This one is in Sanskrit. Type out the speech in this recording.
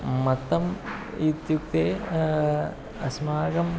मतम् इत्युक्ते अस्माकं